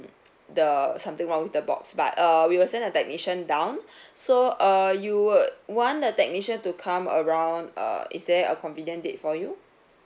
the something wrong with the box but err we will send a technician down so err you would want the technician to come around uh is there a convenient date for you